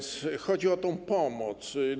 Chodzi o tę pomoc.